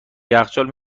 یخچال